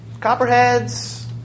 copperheads